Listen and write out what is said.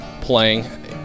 playing